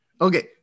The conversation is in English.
Okay